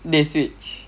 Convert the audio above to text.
they switch